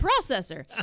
processor